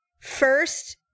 first